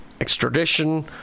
extradition